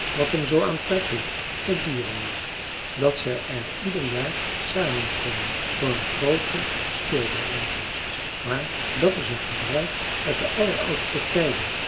wat hem zoo aantrekkelijk voor dieren maakt dat ze er ieder jaar samenkomen voor een groote speelbijeenkomst maar dat is een gebruik uit de alleroudste tijden